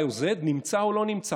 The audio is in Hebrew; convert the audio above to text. y או z נמצא או לא נמצא,